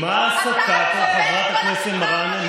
מה ההסתה פה, חברת הכנסת מראענה?